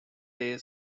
day